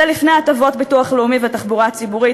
זה לפני הטבות הביטוח הלאומי והתחבורה הציבורית.